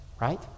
right